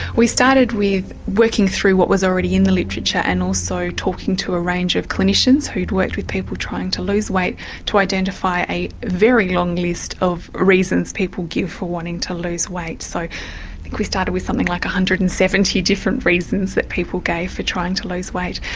we started with working through what was already in the literature and also taking to a range of clinicians who'd worked with people trying to lose weight to identify a very long list of reasons people give for wanting to lose weight. so we started with something like one hundred and seventy different reasons that people gave for trying to lose weight.